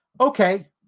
Okay